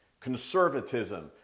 conservatism